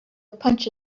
punch